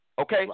Okay